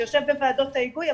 זה יושב בוועדות ההיגוי,